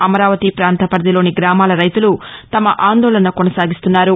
అమరావతి ప్రాంత పరిధిలోని గ్రామాల రైతులు తమ అందోళన కొనసాగిస్తున్నారు